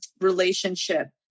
relationship